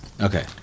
okay